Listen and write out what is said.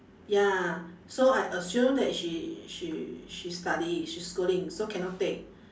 ya so I assume that she she she study she's schooling so cannot take